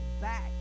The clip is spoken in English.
back